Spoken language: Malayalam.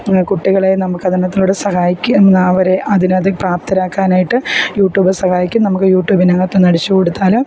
കുട്ടികളെ നമുക്കതിനകത്തൂടെ സഹായിക്കുവേം അവരെ അതിനത് പ്രാപ്തരാക്കാനായിട്ട് യൂട്യൂബ് സഹായിക്കും നമുക്ക് യൂട്യൂബിനകത്തൊന്ന് അടിച്ചുകൊടുത്താൽ